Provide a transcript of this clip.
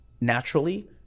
naturally